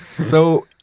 so,